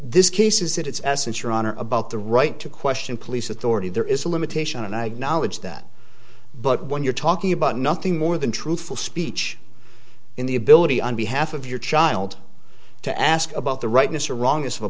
this case is that it's essence your honor about the right to question police authority there is a limitation and i knowledge that but when you're talking about nothing more than truthful speech in the ability on behalf of your child to ask about the rightness or wrong